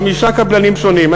חמישה קבלנים שונים.